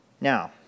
Now